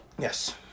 Yes